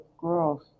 girls